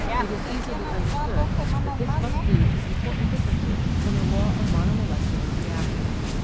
it is easily understood that this must lead to important differences from the law of monomolecular re actions.